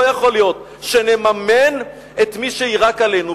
לא יכול להיות שנממן את מי שיירק עלינו,